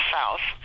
South